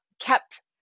kept